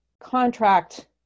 contract